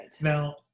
Now